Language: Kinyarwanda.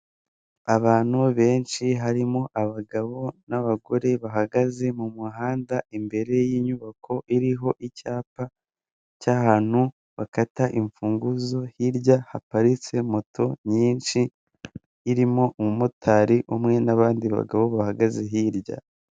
Abantu benshi harimo abagabo n'abagore bahagaze mu muhanda imbere y'inyubako iriho icyapa cy'ahantu bakata imfunguzo hirya haparitse moto nyinshi zirimo umumotari umwe, n'abandi bagabo bahagaze hirya.